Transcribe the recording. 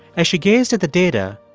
as she gazed at the data,